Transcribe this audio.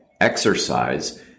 exercise